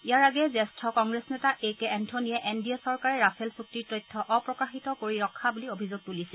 ইয়াৰ আগেয়ে জ্যেষ্ঠ কংগ্ৰেছ নেতা এ কে এষ্ঠনীয়ে এন ডি চৰকাৰে ৰাফেল চুক্তিৰ তথ্য অপ্ৰকাশিত কৰি ৰখা বুলি অভিযোগ তুলিছিল